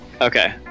Okay